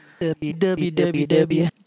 www